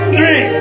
Three